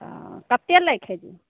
हँ कतेक लै है